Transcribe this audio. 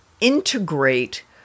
integrate